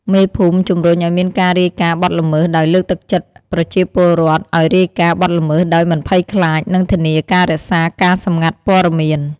មេភូមិជំរុញឲ្យមានការរាយការណ៍បទល្មើសដោយលើកទឹកចិត្តប្រជាពលរដ្ឋឲ្យរាយការណ៍បទល្មើសដោយមិនភ័យខ្លាច និងធានាការរក្សាការសម្ងាត់ព័ត៌មាន។